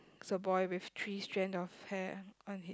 the boy with three strand of hair on his